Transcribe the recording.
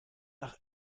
nach